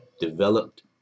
developed